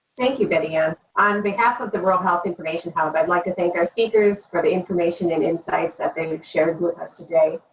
thank you, betty-ann. on behalf of the rural health information hub i'd like to thank our speakers for the information and insights that they have shared with us today.